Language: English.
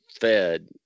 fed